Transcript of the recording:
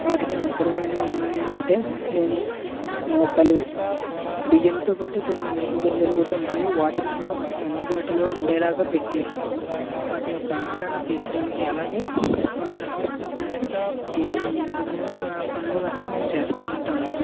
వాటికి అవసరమైనవి ఉన్నాయా అంటే మేమూ నూకలు బియ్యంతో పాటు కొన్ని నూక గింజలు కూడా ఉంటాయి వాటినీ కూడా వాటికి అందుబాటులో ఉండేలాగా పెట్టి వాటి యొక్క ఆహారాన్ని తీర్చడానికి అలాగే వాటిని ఆకర్షించడానికి ఏ విధమైన పనులు గట్రా మేము చేస్తూ ఉంటాము